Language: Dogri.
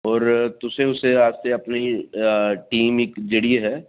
और तुसें उस दे आस्तै अपनी टीम इक जेह्ड़ी ऐ